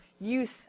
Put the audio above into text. use